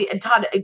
Todd